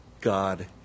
God